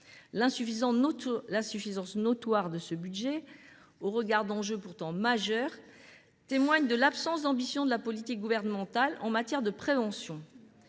L’insuffisance notoire de ce budget, au regard d’enjeux pourtant majeurs, témoigne de l’absence d’ambition de la politique gouvernementale en matière de prévention.